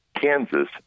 Kansas